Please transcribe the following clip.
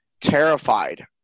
terrified